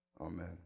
Amen